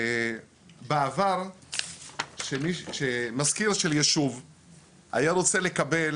בעבר כשמזכיר של ישוב היה רוצה לקבל